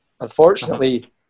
Unfortunately